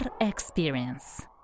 experience